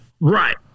right